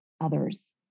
others